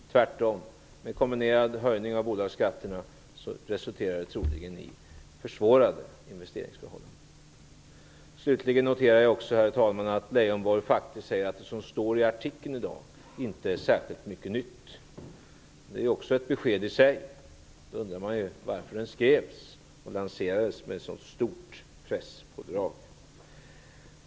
Tvärtom, med en kombinerad höjning av bolagsskatterna resulterar de troligen i försvårade investeringsförhållanden. Herr talman! Slutligen noterar jag att Lars Leijonborg säger att det som står i artikeln i dag inte är särskilt mycket nytt. Det är också ett besked i sig. Då undrar man varför den skrevs och lanserades med så stort presspådrag.